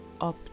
up